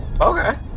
okay